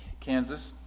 Kansas